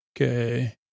Okay